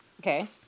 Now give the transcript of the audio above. Okay